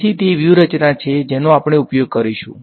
તેથી તે વ્યૂહરચના છે જેનો આપણે ઉપયોગ કરીશું